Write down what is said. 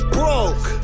broke